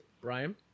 Brian